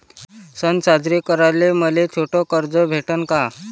सन साजरे कराले मले छोट कर्ज भेटन का?